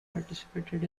participated